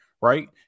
Right